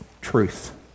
truth